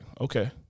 okay